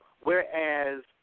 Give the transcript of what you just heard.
whereas